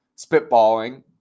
spitballing